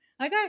Okay